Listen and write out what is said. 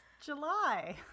July